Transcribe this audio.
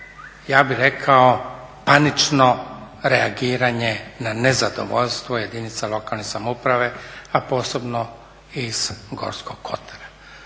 ja bi rekao panično reagiranje na nezadovoljstvo jedinica lokalne samouprave a posebno iz Gorskog kotara